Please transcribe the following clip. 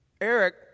Eric